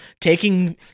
taking